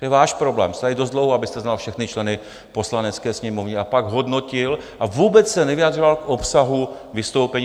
To je váš problém, jste tady dost dlouho, abyste znal všechny členy Poslanecké sněmovny a pak hodnotil, a vůbec se nevyjadřoval k obsahu vystoupení.